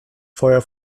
feuer